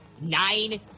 nine